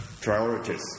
priorities